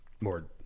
more